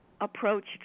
approached